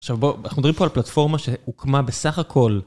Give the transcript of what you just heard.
עכשיו בואו, אנחנו מדברים פה על פלטפורמה שהוקמה בסך הכל...